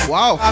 Wow